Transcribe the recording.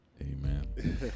Amen